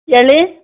ಹೇಳಿ